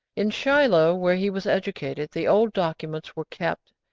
in shiloh, where he was educated, the old documents were kept,